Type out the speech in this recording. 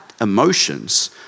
emotions